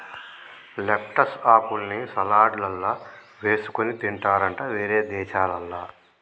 lettuce ఆకుల్ని సలాడ్లల్ల వేసుకొని తింటారట వేరే దేశాలల్ల